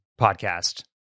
podcast